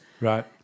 Right